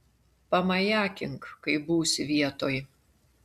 pamajakink kai būsi vietoj